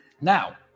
Now